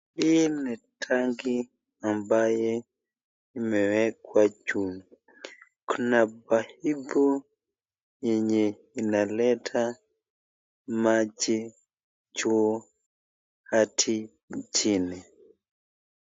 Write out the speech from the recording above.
Hii ni tanki ambaye imewekwa juu. Kuna paipu yenye inaleta maji juu, kati na chini.